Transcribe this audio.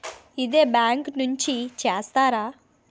ఇదే బ్యాంక్ నుంచి చేస్తారా?